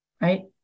right